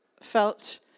felt